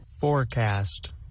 Forecast